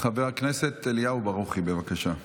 חבר הכנסת אליהו ברוכי, בבקשה.